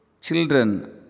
Children